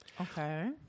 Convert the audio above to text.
Okay